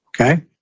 Okay